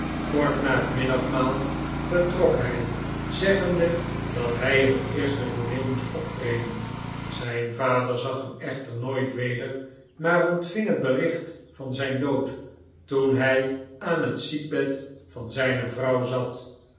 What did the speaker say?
kort na het middagmaal vertrok hij zeggende dat hij in het eerste tooneel moest optreden zijn vader zag hem echter nooit weder maar ontving het bericht van zijn dood toen hij aan het ziekbed van zijne vrouw zat